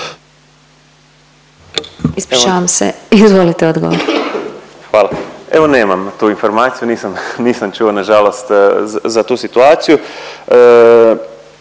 Marin (Možemo!)** Hvala. Evo nemam tu informaciju, nisam čuo na žalost za tu situaciju.